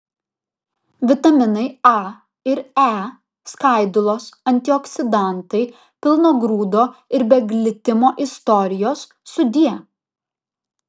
vitaminai a ir e skaidulos antioksidantai pilno grūdo ir be glitimo istorijos sudie